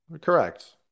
Correct